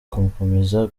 gukomeza